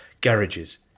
garages